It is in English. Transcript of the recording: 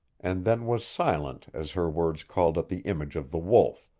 and then was silent as her words called up the image of the wolf,